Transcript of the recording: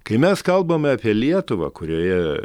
kai mes kalbame apie lietuvą kurioje